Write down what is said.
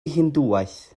hindŵaeth